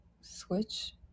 switch